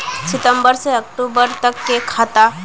सितम्बर से अक्टूबर तक के खाता?